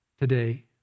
today